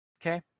Okay